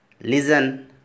listen